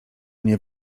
nie